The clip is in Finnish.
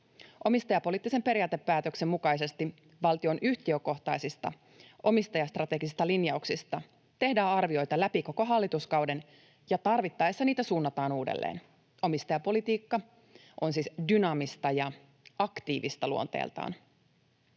Omistajapoliittisen periaatepäätöksen mukaisesti valtion yhtiökohtaisista omistajastrategisista linjauksista tehdään arvioita läpi koko hallituskauden ja tarvittaessa niitä suunnataan uudelleen. Omistajapolitiikka on siis dynaamista ja aktiivista luonteeltaan.